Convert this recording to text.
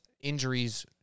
injuries